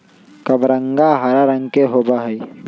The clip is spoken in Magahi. कबरंगा हरा रंग के होबा हई